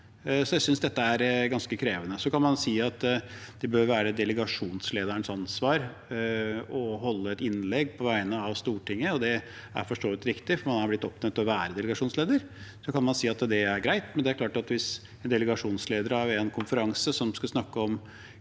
så jeg synes dette er ganske krevende. Man kan si at det bør være delegasjonslederens ansvar å holde et innlegg på vegne av Stortinget, og det er for så vidt riktig, for vedkommende er blitt oppnevnt til å være delegasjonsleder. Så kan man si at det er greit, men det er klart at hvis en delegasjonsleder er i en konferanse hvor man skal snakke om